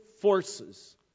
forces